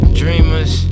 dreamers